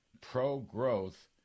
pro-growth